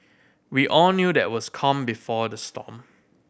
we all knew that was the calm before the storm